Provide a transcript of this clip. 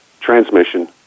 transmission